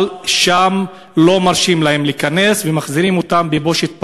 אבל שם לא מרשים להם להיכנס ומחזירים אותם בבושת פנים.